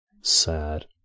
Sad